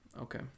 okay